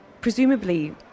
Presumably